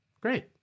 Great